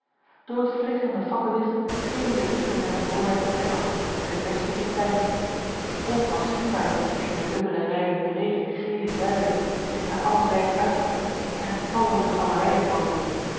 door het flikkerende fakkellicht schenen de dichtbijzijnde voorwerpen veraf en de verste dichtbij onafzienbaar schenen de dubbele rijen breede gele zuilen die zich naar alle zijden uitstrekten en tallooze galerijen vormden